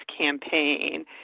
campaign